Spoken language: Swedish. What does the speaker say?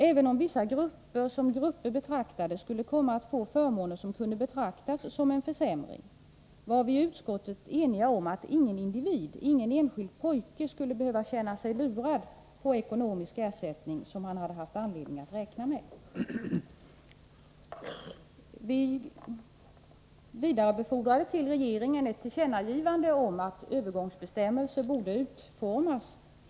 Även om vissa grupper — som grupper betraktade — skulle komma att få förmåner som kunde upplevas som en försämring, var vi i utskottet eniga om att ingen individ, ingen enskild pojke, skulle behöva känna sig lurad i fråga om den ekonomiska ersättning som han haft anledning att räkna med. Vi vidarebefordrade ett tillkännagivande till regeringen om att övergångsbestämmelser borde utformas.